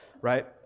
right